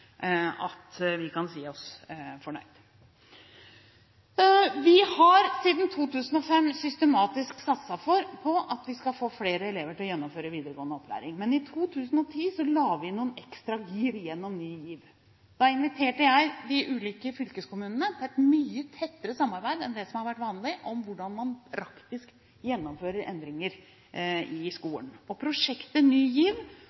at vi kan si oss fornøyd. Vi har siden 2005 systematisk satset på at vi skal få flere elever til å gjennomføre videregående opplæring, men i 2010 la vi inn noen ekstra gir gjennom Ny GIV. Da inviterte jeg de ulike fylkeskommunene til et mye tettere samarbeid enn det som har vært vanlig, om hvordan man praktisk gjennomfører endringer i skolen. Prosjektet Ny GIV